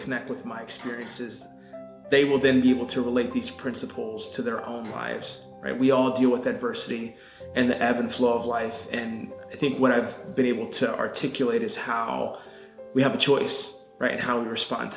connect with my experiences they will then be able to relate these principles to their own lives and we all deal with that versity and the ebb and flow of life and i think what i've been able to articulate is how we have a choice right how to respond